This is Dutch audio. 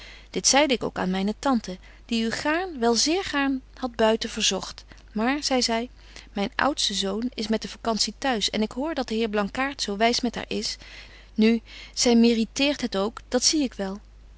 dit zeide ik ook aan myne tante die u gaarn wel zeer gaarn hadt buiten verzogt maar zei zy myn oudste zoon is met de vacantie t'huis en ik hoor dat de heer blankaart zo wys met haar is nu zy meriteert het ook dat zie ik wel